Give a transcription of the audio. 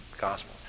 gospel